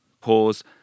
pause